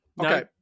Okay